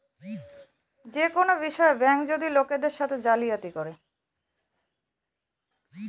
যে কোনো বিষয়ে ব্যাঙ্ক যদি লোকের সাথে জালিয়াতি করে